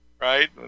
right